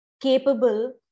capable